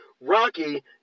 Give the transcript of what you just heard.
Rocky